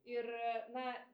ir na